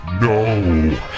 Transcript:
No